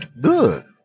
Good